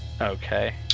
Okay